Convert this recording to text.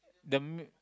the main